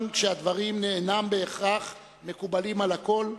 גם כשהדברים אינם בהכרח מקובלים על הכול,